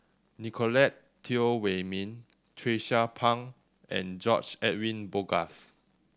Nicolette Teo Wei Min Tracie Pang and George Edwin Bogaars